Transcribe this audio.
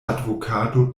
advokato